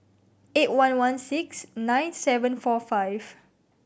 eight one one six nine seven four five